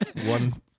one